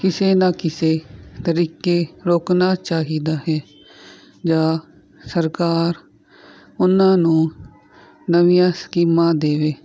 ਕਿਸੇ ਨਾ ਕਿਸੇ ਤਰੀਕੇ ਰੋਕਣਾ ਚਾਹੀਦਾ ਹੈ ਜਾਂ ਸਰਕਾਰ ਉਹਨਾਂ ਨੂੰ ਨਵੀਆਂ ਸਕੀਮਾਂ ਦੇਵੇ